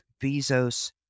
Bezos